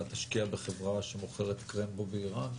אתה תשקיע בחברה שמוכרת קרמבו באיראן?